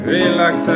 Relax